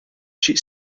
she